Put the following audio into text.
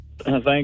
Thank